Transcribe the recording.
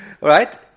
Right